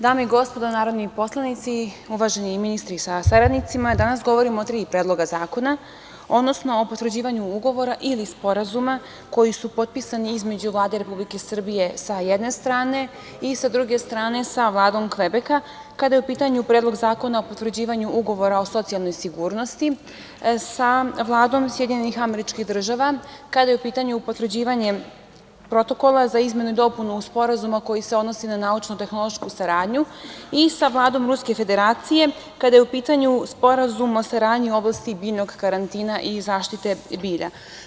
Dame i gospodo narodni poslanici, uvaženi ministri sa saradnicima, danas govorimo o tri predloga zakona, odnosno o potvrđivanju Ugovora ili Sporazuma koji su potpisani između Vlade Republike Srbije sa jedne strane i sa druge strane sa Vladom Kvebeka, kada je u pitanju Predlog zakona o potvrđivanju Ugovora o socijalnoj sigurnosti sa Vladom SAD, kada je u pitanju potvrđivanje protokola za izmenu i dopunu Sporazuma koji se odnosi na naučno-tehnološku saradnju i sa Vladom Ruske Federacije kada je u pitanju Sporazum o saradnji u oblasti biljnog karantina i zaštite bilja.